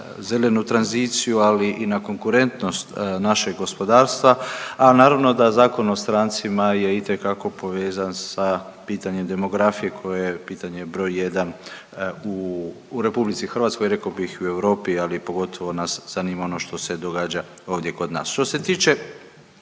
zelenu tranziciju ali i na konkurentnost našeg gospodarstva, a naravno da Zakon o strancima je itekako povezan sa pitanjem demografije koje je pitanje broj jedan u RH rekao bih i u Europi, ali pogotovo nas zanima ono što se događa ovdje kod nas. Što se tiče